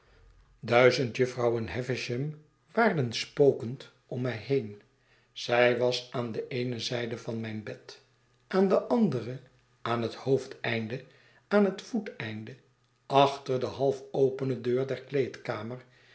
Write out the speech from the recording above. duizend jufvrouwen havisham waarden spokend om mij heen zij was aan de eene zijde van mijn bed aan de andere aan het hoofdeneinde aan het voeteneinde achter de half opene deur der kleedkamer